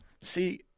See